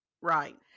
right